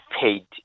paid